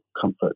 comfort